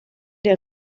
der